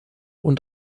und